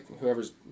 whoever's